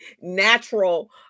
natural